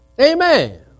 Amen